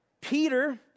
Peter